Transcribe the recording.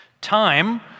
Time